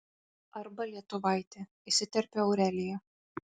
arba lietuvaitį įsiterpia aurelija